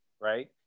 Right